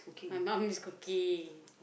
my mom's cooking